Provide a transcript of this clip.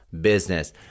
business